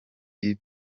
iyi